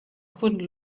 couldn’t